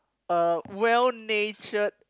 uh well natured